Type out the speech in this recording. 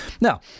Now